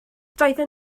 doedden